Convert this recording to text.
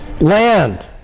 land